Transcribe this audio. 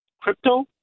crypto